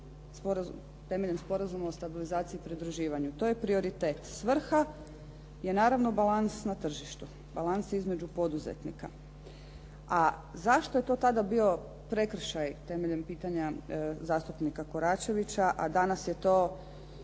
temeljem Sporazuma o stabilizaciji i pridruživanju. To je prioritet. Svrha je naravno balans na tržištu, balans između poduzetnika. A zašto je to tada bio prekršaj temeljem pitanja zastupnika Koračevića, a danas je to